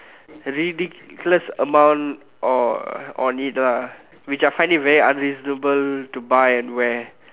ridiculous amount on on it lah which I find it very unreasonable to buy and wear